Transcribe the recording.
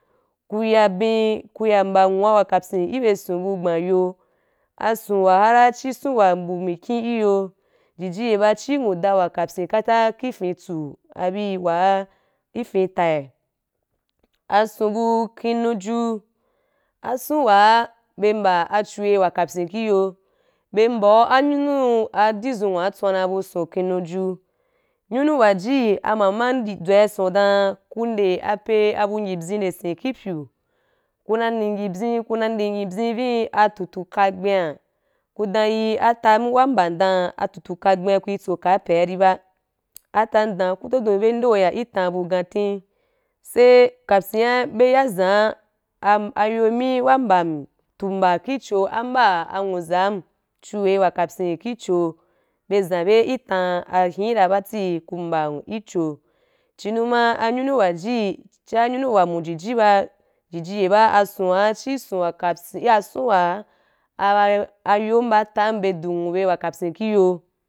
Ku ya ben ku ya mba anwua w kapyin ki bye ason bu gbanyo asoa ra chi son wa mbu mikim i yo jiji ye ba chi nwuda wa kapyin kata ki fen tsu abuí waa i fen atai ason bu kenuju ason wa be mba a chu hoí wa kapyin ki yo bye mba anyunu adídzu nwa tswana abu son kenuju nyunu wa ji amamam ndi dzwai son dan ku nde ape abu ngipyii nde sen ki pyu ku na ni ngi pyii ku na ni ngipyi vii a tutu ka gbe’a ku dan yi atam wa mba dan a tutu ka dan ku dodun bye nde wu ya ki tan bu gantii sai kapyia bye zaa ah ayomí wa mbam tu mba ki cho a mba anwuzam chuho wa kapyin ki cho bye zan bye ki tan ahín ra bati ku mba ki cho chi numa anyunu wa jii chi ayuno wa mujiji ba jiji ye ba ason wa cho ason wa kapyin asoa ah ah ayom ba atam bye du anwu wa kapsyin bye kí yo.